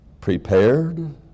prepared